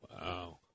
Wow